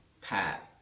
Pat